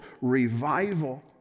revival